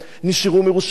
נשארו מרושעים,